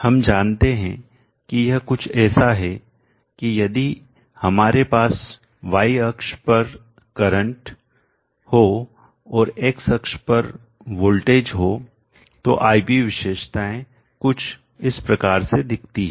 हम जानते हैं कि यह कुछ ऐसा है की यदि हमारे पास y अक्ष पर Iकरंट हो और x अक्ष पर वोल्टेज हो तो I V विशेषताएं कुछ इस प्रकार से दिखती है